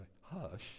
hush